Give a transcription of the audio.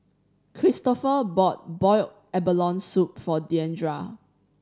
Kristofer bought boiled abalone soup for Deandra